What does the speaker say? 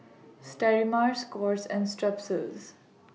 Sterimar Scott's and Strepsils